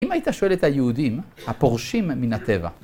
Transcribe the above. אם היית שואל את היהודים, הפורשים מן הטבע?